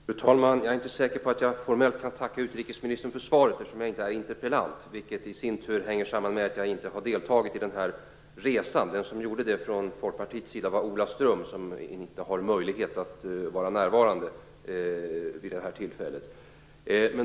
Fru talman! Jag är inte säker på att jag formellt kan tacka utrikesministern för svaret eftersom jag inte är interpellant, vilket i sin tur hänger samman med att jag inte har deltagit i den resa som har nämnts. Den som gjorde det från Folkpartiets sida var Ola Ström, som inte har möjlighet att vara närvarande vid det här tillfället.